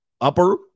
upper